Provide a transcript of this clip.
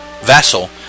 Vassal